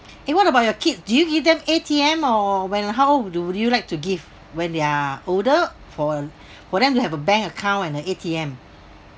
eh what about your kids do give them A_T_M or when how old do you like to give when they are older for for them to have a bank account and a A_T_M